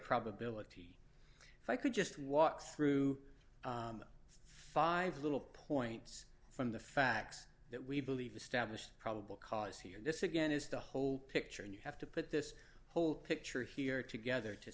probability if i could just walk through five little points from the facts that we believe establish probable cause here this again is the whole picture and you have to put this whole picture here together to